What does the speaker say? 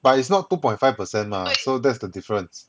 but is not two point five percent mah so that's the difference